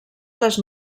les